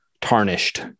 tarnished